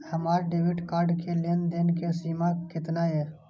हमार debit card के लेन देन के सीमा केतना ये?